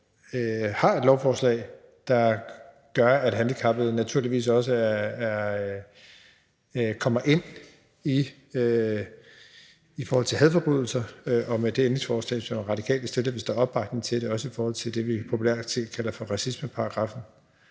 nu har et lovforslag, der gør, at handicappede naturligvis også kommer ind under det i forhold til hadforbrydelser og med det ændringsforslag, som Radikale stillede – hvis der er opbakning til det – også i forhold til det, vi populært kalder racismeparagraffen.